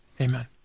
Amen